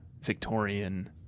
Victorian